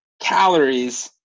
calories